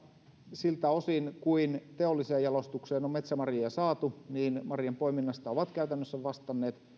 siltä osin kuin teolliseen jalostukseen on metsämarjoja saatu niin marjanpoiminnasta ovat käytännössä vastanneet